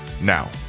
Now